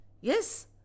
Yes